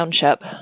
Township